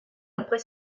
après